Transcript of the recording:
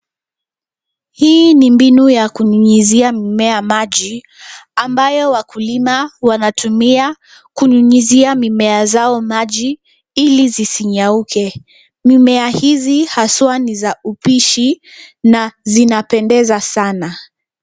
Hii ni mbinu ya kunyunyizia mimea maji ambayo wakulima wanatumia kunyunyizia mimea zao maji ili zisinyauke. Mimea hizi haswaa ni za upishi na zinapendeza sana.